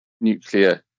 nuclear